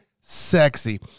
Sexy